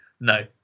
no